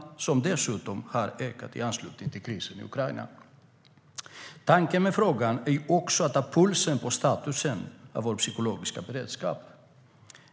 De har dessutom ökat i anslutning till krisen i Ukraina.Tanken med frågan är också att ta pulsen på statusen på vår psykologiska beredskap.